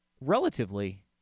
relatively